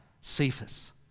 Cephas